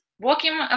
Walking